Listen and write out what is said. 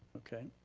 okay.